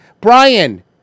Brian